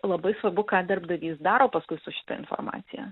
labai svarbu ką darbdavys daro paskui su šita informacija